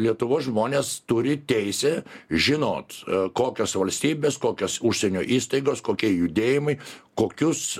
lietuvos žmonės turi teisę žinot kokios valstybės kokios užsienio įstaigos kokie judėjimai kokius